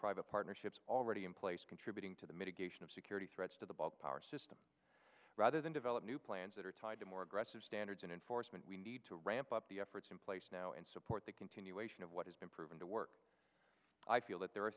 private partnerships already in place contributing to the mitigation of security threats to the ball power system rather than develop new plans that are tied to more aggressive standards and enforcement we need to ramp up the efforts in place now and support the continuation of what has been proven to work i feel that there are